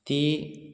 ती